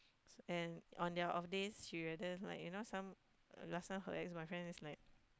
and on their off days she rather like you know some last time her ex boyfriend is like